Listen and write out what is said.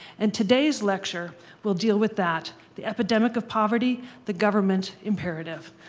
and today's lecture will deal with that the epidemic of poverty the government imperative.